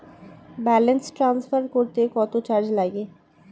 Balance transfer করতে কত charge লাগে?